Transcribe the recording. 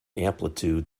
amplitude